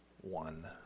one